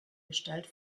gestalt